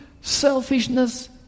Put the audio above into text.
selfishness